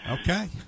Okay